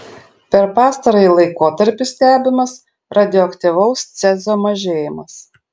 per pastarąjį laikotarpį stebimas radioaktyvaus cezio mažėjimas